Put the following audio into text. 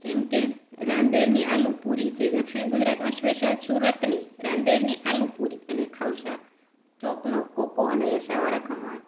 જેમ કે રાંદેરની આલુપૂરી છે દક્ષિણ ગુજરાત સ્પેશિયલ સુરતની રાંદેરની આલુપૂરી અને ખાઉશા ચોકનો કોકો અને રસાવાળા ખમણ